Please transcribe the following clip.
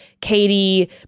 Katie